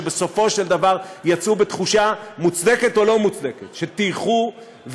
שבסופו של דבר יצאו בתחושה מוצדקת או לא מוצדקת שטייחו,